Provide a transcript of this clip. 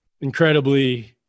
incredibly